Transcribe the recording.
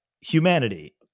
humanity